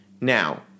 Now